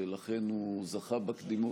ולכן הוא זוכה בקדימות.